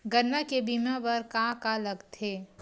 गन्ना के बीमा बर का का लगथे?